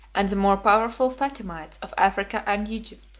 and the more powerful fatimites of africa and egypt.